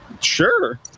sure